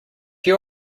you